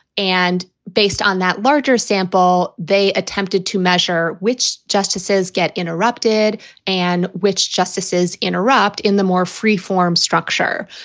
and based on that larger sample, they attempted to measure which justices get interrupted and which justices interrupt in the more freeform structure.